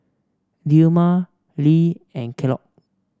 Dilmah Lee and Kellogg